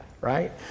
Right